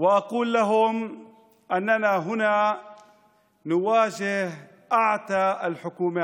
ואומר להם שאנו עומדים פה מול הממשלה הכי ידועה לשמצה,